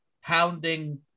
hounding